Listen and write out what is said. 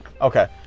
Okay